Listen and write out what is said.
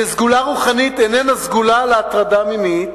וסגולה רוחנית איננה סגולה להטרדה מינית,